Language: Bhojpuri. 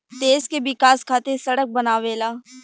देश के विकाश खातिर सड़क बनावेला